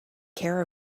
care